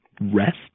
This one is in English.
Rest